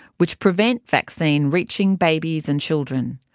which prevent vaccine reaching babies and children.